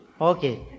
Okay